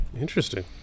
Interesting